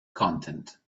content